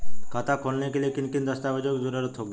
खाता खोलने के लिए किन किन दस्तावेजों की जरूरत होगी?